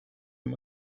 and